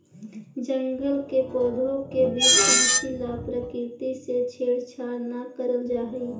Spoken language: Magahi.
जंगल के पौधों के बीच कृषि ला प्रकृति से छेड़छाड़ न करल जा हई